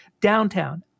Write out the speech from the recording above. downtown